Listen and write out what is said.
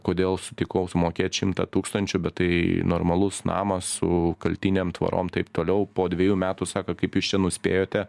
kodėl sutikau sumokėt šimtą tūkstančių bet tai normalus namas su kaltinėm tvorom taip toliau po dvejų metų sako kaip jūs čia nuspėjote